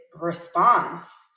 response